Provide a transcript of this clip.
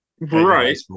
right